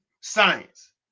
science